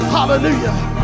Hallelujah